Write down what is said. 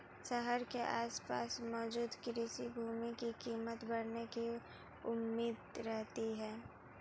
शहर के आसपास मौजूद कृषि भूमि की कीमत बढ़ने की उम्मीद रहती है